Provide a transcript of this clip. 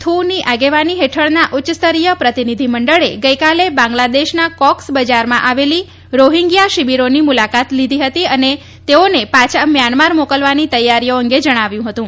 થુની આગેવાની હેઠળના ઉચ્ચસ્તરીય પ્રતિભિધિમંડળે ગઈકાલે બાંગ્લાદેશના કોકસ બજારમાં આવેલી રોહિંગ્યા શિબિરોની મુલાકાત કરી હતી અને તેઓને પાછા મ્યાનમાર મોકલવાની તૈયારીઓ અંગે જણાવ્યું હતું